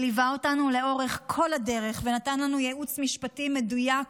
שליווה אותנו לאורך כל הדרך ונתן לנו ייעוץ משפטי מדויק